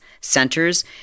centers